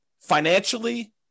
financially